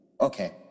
okay